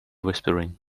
whispering